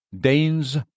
Danes